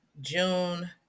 june